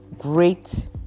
great